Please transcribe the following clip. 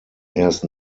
erst